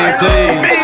please